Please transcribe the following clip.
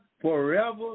forever